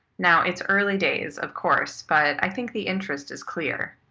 now, it's early days, of course, but i think the interest is clear.